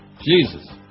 Jesus